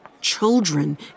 children